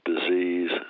disease